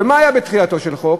ומה היה בתחילתו של חוק?